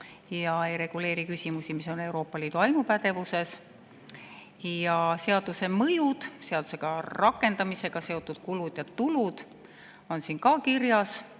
ja ei reguleeri küsimusi, mis on Euroopa Liidu ainupädevuses. Seaduse mõju, seaduse rakendamisega seotud kulud ja tulud on siin ka kirjas.